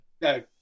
No